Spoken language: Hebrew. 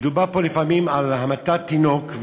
מדובר פה לפעמים על המתת תינוק,